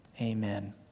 Amen